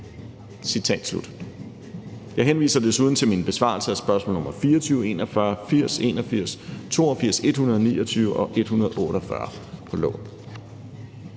Kl. 15:14 Jeg henviser desuden til min besvarelse af spørgsmål nr. 24, 41, 80, 81, 82, 129 og 148 på